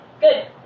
Good